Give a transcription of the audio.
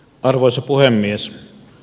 arvoisa puhemies